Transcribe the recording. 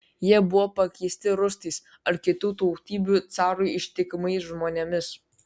jie buvo pakeisti rusais ar kitų tautybių carui ištikimais žmonėmis